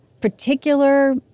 particular